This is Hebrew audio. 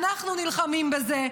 אנחנו נלחמים בזה.